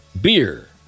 beer